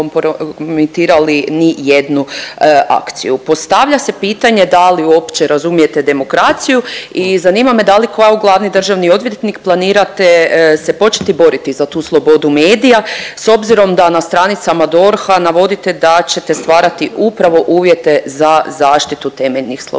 kompromitirali ni jednu akciju. Postavlja se pitanje da li uopće razumijete demokraciju i zanima me da li kao glavni državni odvjetnik planirate se početi boriti za tu slobodu medija s obzirom da na stranicama DORH-a navodite da ćete stvarati upravo uvjete za zaštitu temeljnih sloboda?